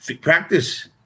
practice